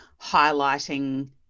highlighting